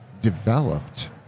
developed